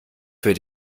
für